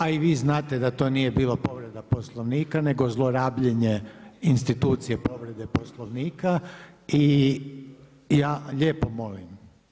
A i vi znate da to nije bila povreda Poslovnika, nego zlorabljenje institucije povrede Poslovnika i ja lijepo molim.